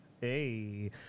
Hey